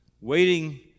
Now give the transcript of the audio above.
waiting